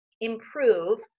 improve